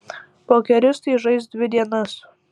pokeristai žais dvi dienas